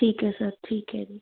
ਠੀਕ ਹੈ ਸਰ ਠੀਕ ਹੈ ਜੀ